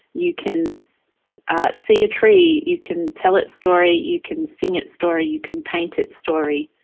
you can see a tree, you can tell its story. you can sing its story. you can paint its story.